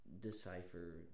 Decipher